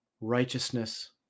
righteousness